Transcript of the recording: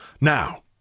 Now